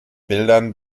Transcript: bildern